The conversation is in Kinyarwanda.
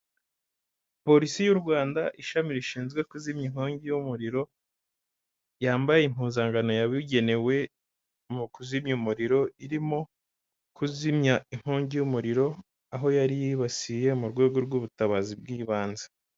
Polisi y'u Rwanda ishami rishinzwe kuzimya inkongi y'umuriro, yambaye impuzankano yabugenewe mu kuzimya umuriro. Irimo kuzimya inkongi y'umuriro aho yari yibasiye mu rwego rw'ubutabazi bw'ibanze.